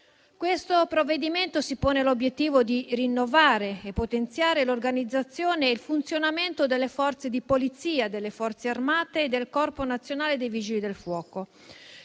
Questo provvedimento si pone l'obiettivo di rinnovare e potenziare l'organizzazione e il funzionamento delle Forze di polizia, delle Forze armate e del Corpo nazionale dei vigili del fuoco.